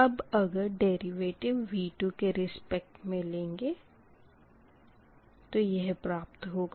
अब अगर derivative V2 के रिस्पेक्ट में लेंगे तो यह प्राप्त होगा